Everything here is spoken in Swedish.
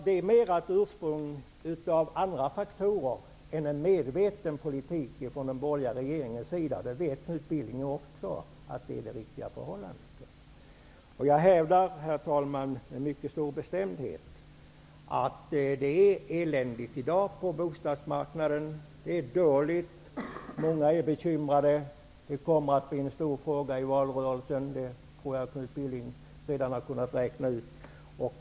Det är mera en följd av andra faktorer än av en medveten politik från den borgerliga regeringens sida. Också Knut Billing vet att det är det riktiga förhållandet. Jag hävdar, herr talman, med mycket stor bestämdhet att det i dag är eländigt på bostadsmarknaden. Många är bekymrade. Jag tror att Knut Billing redan har kunnat räkna ut att detta kommer att bli en stor fråga i valrörelsen.